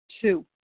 Two